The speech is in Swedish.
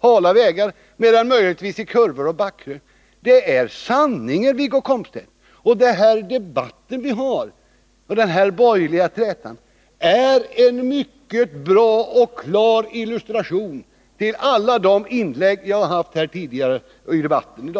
hala vägar mer än möjligtvis i kurvor och backkrön. Detta är sanningen. Den här debatten och den borgerliga trätan är en mycket klar och bra illustration till vad jag har sagt i alla de inlägg jag har gjort tidigare i debatten i dag.